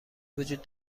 وجود